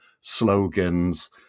slogans